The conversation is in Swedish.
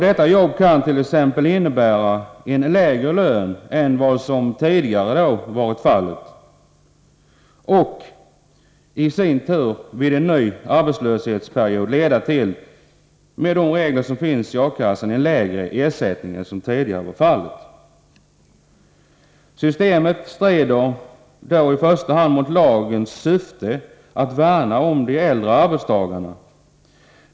Detta jobb kan t.ex. innebära en lägre lön än arbetstagaren tidigare haft, och det leder i sin tur — vid ny arbetslöshet — med de regler som finns i arbetslöshetsförsäkringen till en lägre ersättning än tidigare. Systemet strider i första hand mot lagens syfte att värna om de äldre arbetstagarna.